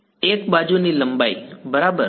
l બાજુની લંબાઈ બરાબર